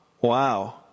Wow